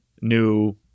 new